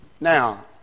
Now